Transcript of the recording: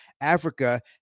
Africa